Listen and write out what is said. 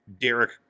Derek